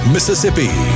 Mississippi